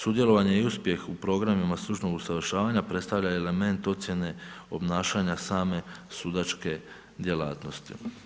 Sudjelovanje i uspjeh u programima stručnog usavršavanja predstavlja element ocjene obnašanja same sudačke djelatnosti.